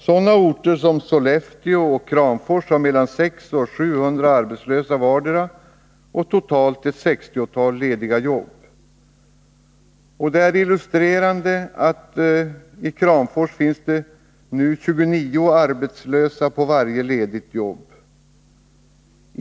Sådana orter som Sollefteå och Kramfors har mellan 600-700 arbetslösa vardera och totalt ett sextiotal lediga jobb. Illustrerande är att det i Kramfors nu finns 29 arbetslösa på varje ledigt jobb.